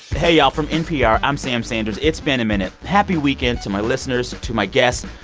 hey, y'all. from npr, i'm sam sanders, it's been a minute. happy weekend to my listeners, to my guests.